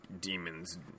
demons